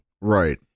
Right